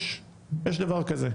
יש דבר כזה.